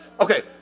Okay